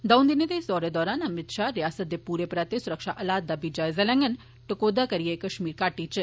दऊं दिनें दे इस दौरे दरान अमित शाह रिआसतै दे पूरे पराते सुरक्षा हालात दा बी जायजा लैंगन टकोह्दा करियै कश्मीर घाटी च